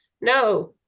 No